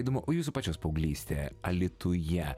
įdomu o jūsų pačios paauglystė alytuje